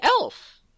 Elf